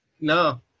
No